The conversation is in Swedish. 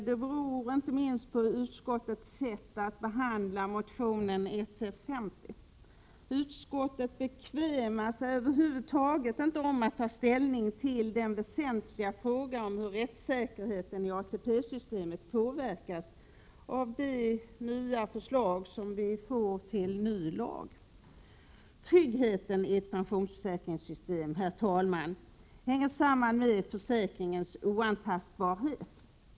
Det beror inte minst på utskottets sätt att behandla motion 1987/88:Sf50. Utskottet bekvämar sig över huvud taget inte till att ta ställning till om den väsentliga frågan om hur rättssäkerheten i ATP-systemet påverkas av de förslag till ny lag som vi har fått. Tryggheten i ett pensionsförsäkringssystem hänger samman med försäk ringens oantastbarhet.